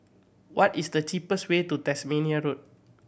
what is the cheapest way to Tasmania Road